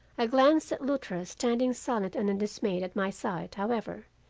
a glance at luttra standing silent and undismayed at my side, however,